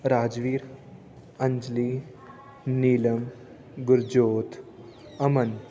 Rajveer Anjali Neelam Gurjot Aman